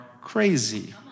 crazy